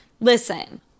Listen